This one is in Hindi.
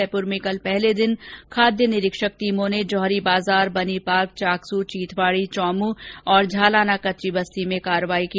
जयपुर में कल पहले दिन खाद्य निरीक्षक टीमों ने जौहरी बाजार बनीपार्क चाकसू चीथवाड़ी चौमूं और झालाना कच्ची बस्ती में कार्यवाही की